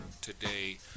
today